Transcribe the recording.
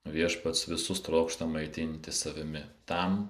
viešpats visus trokšta maitinti savimi tam